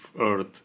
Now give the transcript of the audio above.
earth